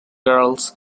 girls